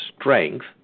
strength